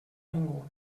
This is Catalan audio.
ningú